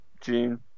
June